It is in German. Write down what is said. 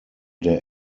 der